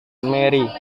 mary